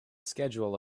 schedule